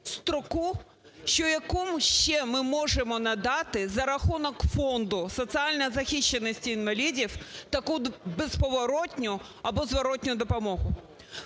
строку, що яку ще ми можемо надати за рахунок Фонду соціальної захищеності інвалідів таку безповоротну або зворотну допомогу.